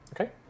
Okay